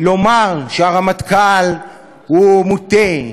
לומר שהרמטכ"ל מוטה,